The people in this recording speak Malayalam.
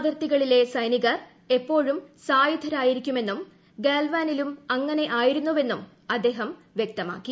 അതിർത്തികളിലെ സൈനികർ എപ്പോഴും സായുധരായിരിക്കുമെന്നും ഗാൽവാനിലും അങ്ങനെ ആയിരുന്നുവെന്നും അദ്ദേഹം വ്യക്തമാക്കി